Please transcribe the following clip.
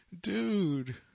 dude